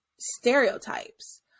stereotypes